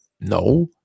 No